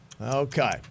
Okay